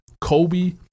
Kobe